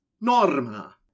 Norma